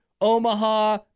Omaha